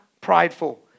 prideful